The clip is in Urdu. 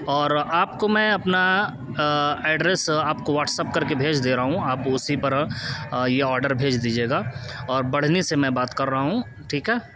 اور آپ کو میں اپنا ایڈریس آپ کو واٹسپ کر کے بھیج دے رہا ہوں آپ اسی پر یہ آڈر بھیج دیجیے گا اور بڑھنی سے میں بات کر رہا ہوں ٹھیک ہے